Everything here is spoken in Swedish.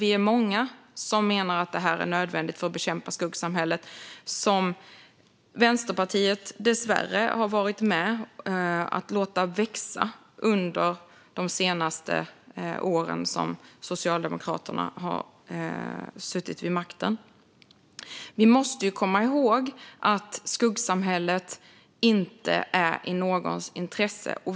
Vi är många som menar att den är nödvändig för att bekämpa skuggsamhället, som Vänsterpartiet dessvärre har varit med om att låta växa de senaste åren då Socialdemokraterna har suttit vid makten. Vi måste komma ihåg att det inte ligger i någons intresse att ha ett skuggsamhälle.